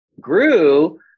grew